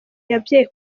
yabyaye